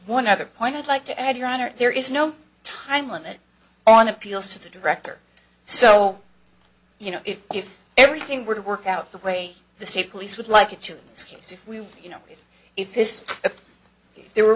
one other point i'd like to add your honor there is no time limit on appeals to the director so you know if everything would work out the way the state police would like it to this case if we you know if this if there were